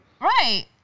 Right